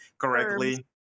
correctly